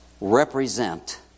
represent